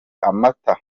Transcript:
amata